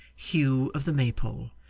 hugh of the maypole,